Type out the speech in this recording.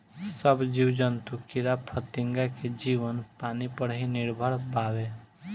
सब जीव जंतु कीड़ा फतिंगा के जीवन पानी पर ही निर्भर बावे